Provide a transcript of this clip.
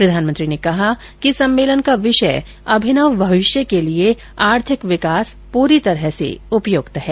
प्रधानमंत्री ने कहा कि सम्मेलन का विषय अभिनव भविष्य के लिए आर्थिक विकास पूरी तरह उपयुक्त है